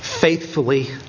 faithfully